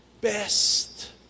best